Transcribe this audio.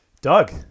Doug